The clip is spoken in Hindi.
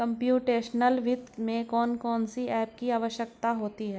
कंप्युटेशनल वित्त में कौन कौन सी एप की आवश्यकता होती है